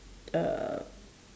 uh